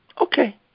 Okay